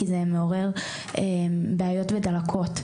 כי זה מעורר בעיות ודלקות.